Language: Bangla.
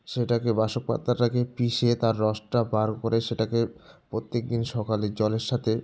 সেটাকে বাসক পাতাটাকে পিষে তার রসটা বার করে সেটাকে প্রত্যেকদিন সকালে জলের সাথে